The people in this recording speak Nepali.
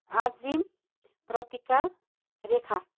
आजिम प्रतिका रेखा